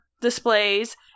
displays